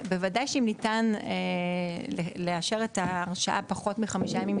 בוודאי שאם ניתן לאשר את ההרשאה פחות מחמישה ימים,